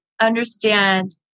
understand